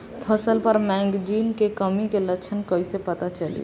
फसल पर मैगनीज के कमी के लक्षण कईसे पता चली?